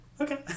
Okay